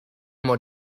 more